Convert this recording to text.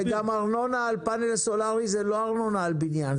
וגם ארנונה על פאנל סולארי זה ארנונה על בניין.